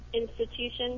institutions